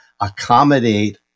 accommodate